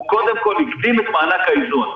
הוא קודם כל הקדים את מענק האיזון,